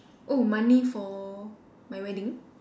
oh money for my wedding